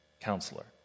counselor